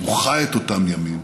חי את אותם ימים,